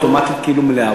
אוטומטית מליאה,